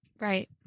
Right